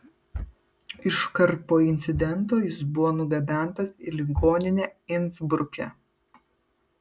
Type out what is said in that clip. iškart po incidento jis buvo nugabentas į ligoninę insbruke